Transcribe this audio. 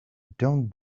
don’t